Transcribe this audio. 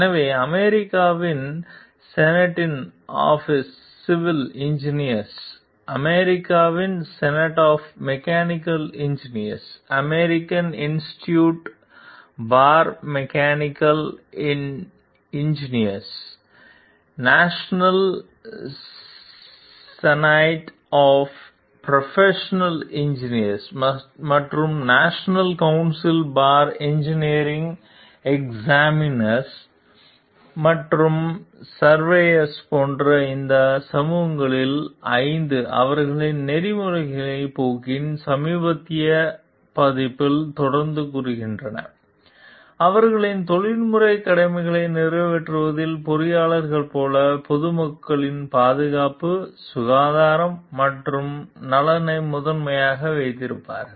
எனவே American society of civil engineers American society of mechanical engineers American institute for chemical engineers national society of professional engineers மற்றும் national council for engineering எக்ஸாமினர்கள் மற்றும் surveyors போன்ற இந்த சமூகங்களில் 5 அவர்களின் நெறிமுறைகளின் போக்கின் சமீபத்திய பதிப்பில் தொடர்ந்து கூறுகின்றன அவர்களின் தொழில்முறை கடமைகளை நிறைவேற்றுவதில் பொறியாளர்கள் போல பொதுமக்களின் பாதுகாப்பு சுகாதாரம் மற்றும் நலனை முதன்மையாக வைத்திருப்பார்கள்